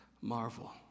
marvel